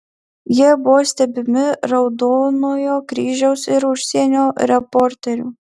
jie buvo stebimi raudonojo kryžiaus ir užsienio reporterių